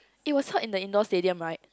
it was heard in the indoor stadium right